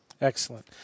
Excellent